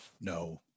No